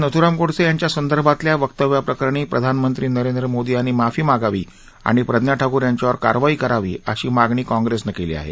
नथ्राम गोडसे यांच्या संदर्भातल्या वक्तव्याप्रकरणी प्रधानमंत्री नरेंद्र मोदी यांनी माफी मागावी आणि प्रज्ञा ठाकूर यांच्यावर कारवाई करावी अशी मागणी काँग्रेसनं केली आहे